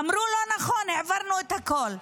אמרו: לא נכון, העברנו את הכול.